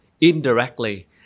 indirectly